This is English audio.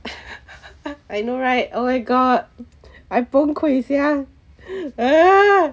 I know right oh my god I 崩溃 sia uh